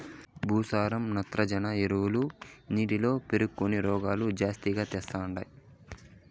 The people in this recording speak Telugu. భాస్వరం నత్రజని ఎరువులు నీటిలో పేరుకొని రోగాలు జాస్తిగా తెస్తండాయి